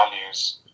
values